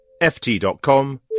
FT.com